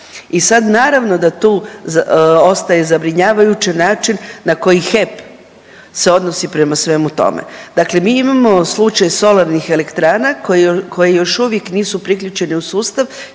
I sad da naravno tu ostaje zabrinjavajući način na koji HEP se odnosi prema svemu tome. Dakle, mi imamo slučaj solarnih elektrana koje još uvijek nisu priključene u sustav